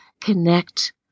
connect